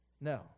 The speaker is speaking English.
No